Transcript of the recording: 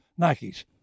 Nikes